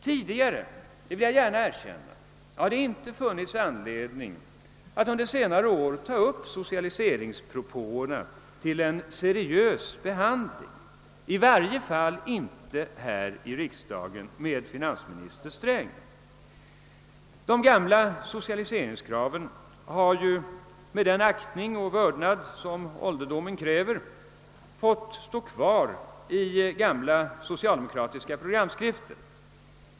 Tidigare — det vill jag gärna erkänna — har det inte funnits någon anledning att under senare år ta upp socialiseringspropåerna till en seriös behandling, i varje fall inte här i riksdagen, med finansminister Sträng. De gamla socialiseringskraven har med den aktning och vördnad som ålderdomen kräver fått stå kvar i gamla socialdemokratiska programskrifter.